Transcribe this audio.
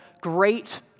great